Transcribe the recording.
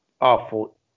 awful